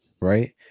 Right